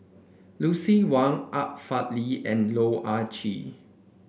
Lucien Wang Art Fazil and Loh Ah Chee